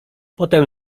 potem